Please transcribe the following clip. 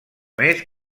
més